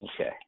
Okay